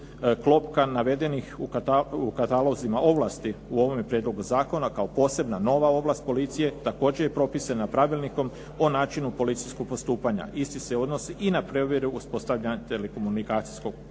klopka navedenih u katalozima ovlasti u ovome prijedlogu zakona kao posebna nova ovlast policije također je propisana pravilnikom o načinu policijskog postupanja. Isti se odnosi i na provjere uspostavljanja telekomunikacijskog kontakta.